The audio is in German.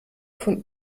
von